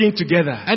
together